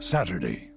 Saturday